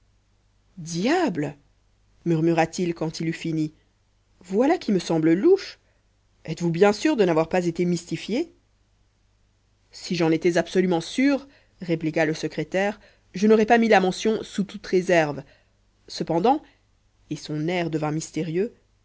diable murmura-t-il quand il eut fini voilà qui me semble louche êtes-vous bien sûr de n'avoir pas été mystifié si j'en étais absolument sûr répliqua le secrétaire je n'aurais pas mis la mention sous toutes réserves cependant et son air devint mystérieux